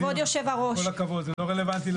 עם כל הכבוד, זה לא רלוונטי לדיון.